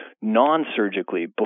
non-surgically